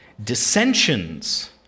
Dissensions